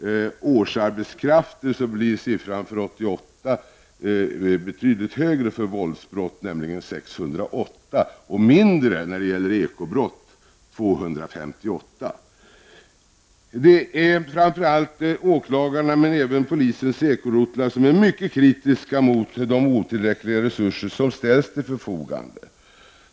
Antalet poliser som arbetade med ekonomisk brottslighet var 281 Det är framför allt åklagarna men även polisens ekorotlar som är mycket kritiska mot de otillräckliga resurser som ställs till förfogande.